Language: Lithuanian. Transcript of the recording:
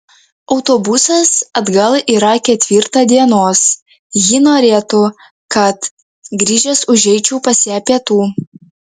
autobusas atgal yra ketvirtą dienos ji norėtų kad grįžęs užeičiau pas ją pietų